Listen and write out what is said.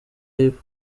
hip